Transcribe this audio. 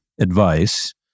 advice